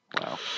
Wow